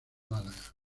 málaga